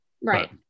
Right